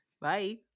Bye